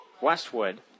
Westwood